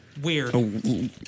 weird